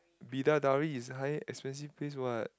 Bidadari is high expensive place [what]